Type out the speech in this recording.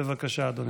בבקשה, אדוני.